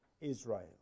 Israel